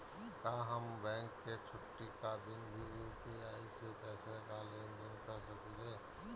का हम बैंक के छुट्टी का दिन भी यू.पी.आई से पैसे का लेनदेन कर सकीले?